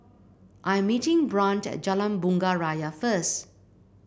I am meeting Brant at Jalan Bunga Raya first